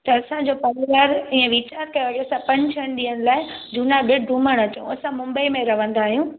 त असांजो परिवार इहो वीचार कयो की असां पंज छहनि ॾींहंनि लाइ जुनागढ़ घुमण अचूं असां मुंबई में रहंदा आयूं